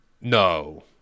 No